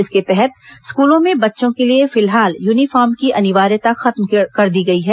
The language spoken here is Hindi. इसके तहत स्कूलों में बच्चों के लिए फिलहाल यूनीफॉर्म की अनिवार्यता खत्म कर दी गई है